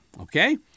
okay